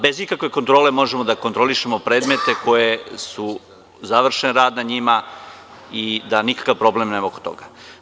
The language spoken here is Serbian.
Bez ikakve kontrole možemo da kontrolišemo predmete na kojima je završen rad i nikakvog problema nema oko toga.